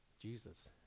Jesus